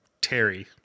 terry